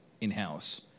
in-house